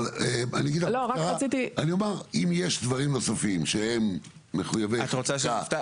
אבל אם יש דברים נוספים שהם מחויבי חקיקה